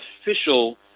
official